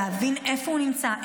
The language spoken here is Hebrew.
להבין איפה הוא נמצא,